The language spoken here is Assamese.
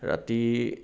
ৰাতি